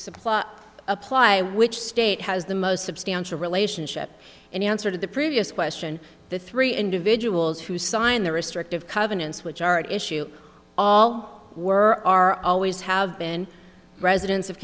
supply apply which state has the most substantial relationship and answer to the previous question the three individuals who signed the restrictive covenants which are at issue all were are always have been residents of